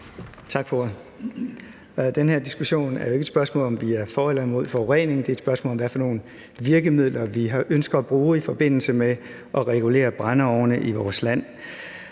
Tak for ordet. Den her diskussion er jo ikke et spørgsmål om, om vi er for eller imod forurening. Det er et spørgsmål om, hvilke virkemidler vi ønsker at bruge i forbindelse med at regulere brændeovne i vores land.